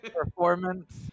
performance